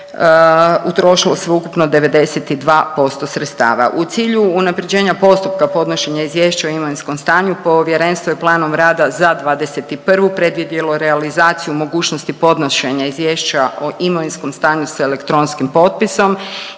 U cilju unaprjeđenja postupka podnošenja izvješća o imovinskom stanju povjerenstvo je planom rada za '21. predvidjelo realizaciju mogućnosti podnošenja izvješća o imovinskom stanju s elektronskim potpisom